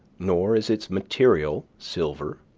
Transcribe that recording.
nor is its material silver,